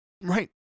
right